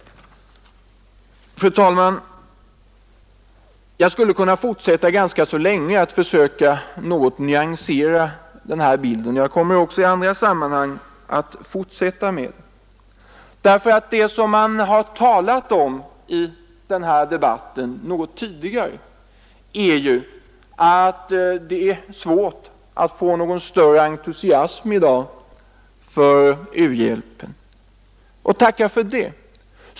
Fru talman! Jag skulle kunna fortsätta ganska länge för att försöka komplettera den här bilden. Jag kommer också i andra sammanhang att fortsätta med detta. I debatten här tidigare har det ju bl.a. sagts att det är svårt att få någon större entusiasm i dag för u-hjälpen. Tacka för det.